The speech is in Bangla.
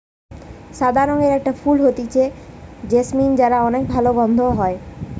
সাদা রঙের একটা ফুল হতিছে জেসমিন যার অনেক ভালা গন্ধ